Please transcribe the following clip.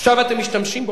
עכשיו אתם משתמשים בו.